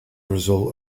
result